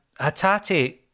Hatate